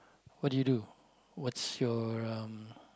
what did you do what's your um